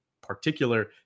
particular